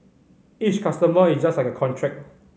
each customer is just like a contract